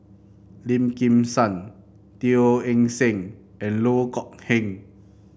Lim Kim San Teo Eng Seng and Loh Kok Heng